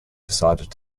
decided